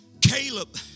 Caleb